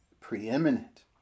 preeminent